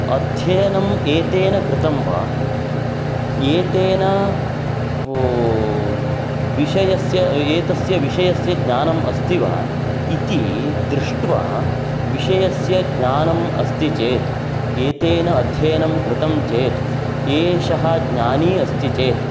अध्ययनम् एतेन कृतं वा एतेन विषयस्य एतस्य विषयस्य ज्ञानम् अस्ति वा इति दृष्ट्वा विषयस्य ज्ञानम् अस्ति चेत् एतेन अध्ययनं कृतं चेत् एषः ज्ञानी अस्ति चेत्